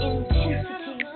intensity